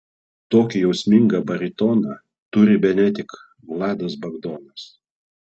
tokį jausmingą baritoną turi bene tik vladas bagdonas